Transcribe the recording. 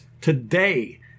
today